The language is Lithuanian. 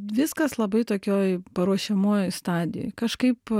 viskas labai tokioj paruošiamojoj stadijoj kažkaip